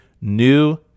new